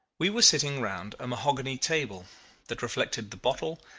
we were sitting round a mahogany table that reflected the bottle,